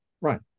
right